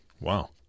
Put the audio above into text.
Wow